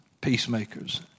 peacemakers